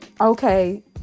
okay